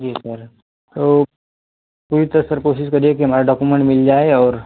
जी sir तो पूरी तरह सर कोशिश करिए कि हमारा डाकुमेंट मिल जाए और